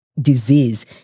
disease